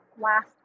last